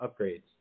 upgrades